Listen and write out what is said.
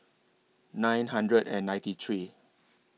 nine hundred and ninety three